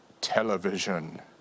television